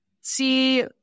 see